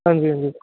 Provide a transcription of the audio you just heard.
हां जी हां जी